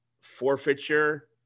forfeiture